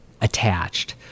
attached